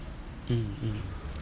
um um